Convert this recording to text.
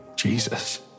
Jesus